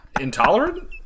Intolerant